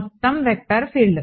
మొత్తం vector field